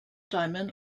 diamond